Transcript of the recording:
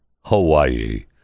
Hawaii